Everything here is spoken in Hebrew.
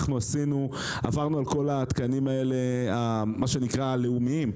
אנחנו עברנו על כל התקנים הלאומיים האלה,